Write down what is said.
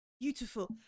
Beautiful